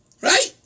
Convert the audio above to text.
right